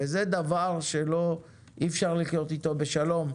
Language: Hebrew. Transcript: זה דבר שאי-אפשר לחיות איתו בשלום.